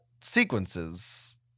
sequences